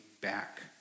back